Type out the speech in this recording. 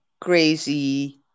crazy